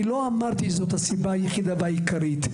אני לא אמרתי שזו הסיבה היחידה והעיקרית.